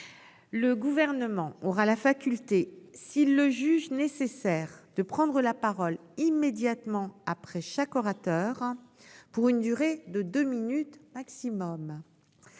Le gouvernement aura la faculté s'il le juge nécessaire de prendre la parole immédiatement après chaque orateur. Pour une durée de deux minutes Xi môme.